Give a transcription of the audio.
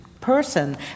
person